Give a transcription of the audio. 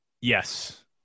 Yes